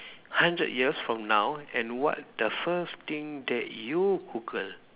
hundred years from now and what the first thing that you Google